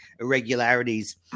irregularities